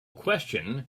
question